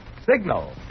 Signal